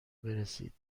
برسید